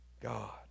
God